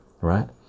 right